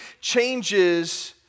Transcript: changes